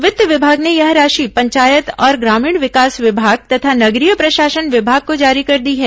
वित्त विभाग ने यह राशि पंचायत और ग्रामीण विकास विभाग तथा नगरीय प्रशासन विभाग को जारी कर दी है